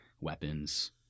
weapons